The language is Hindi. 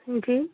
जी